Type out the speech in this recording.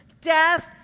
death